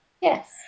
Yes